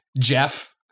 Jeff